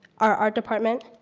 our art department,